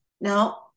now